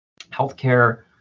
healthcare